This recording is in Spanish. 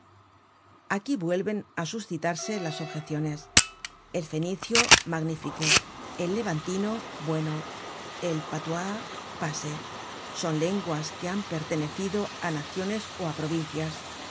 aquí vuelven á suscitarse las objeciones el fenicio magnífico el levantino bueno el patuá pase son lenguas que han pertenecido á naciones ó á provincias